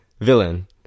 villain